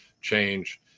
change